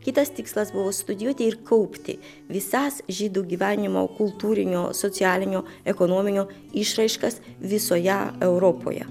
kitas tikslas buvo studijuoti ir kaupti visas žydų gyvenimo kultūrinio socialinio ekonominio išraiškas visoje europoje